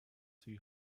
too